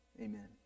Amen